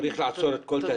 צריך לעצור את כל זה.